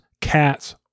cats